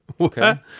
Okay